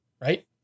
right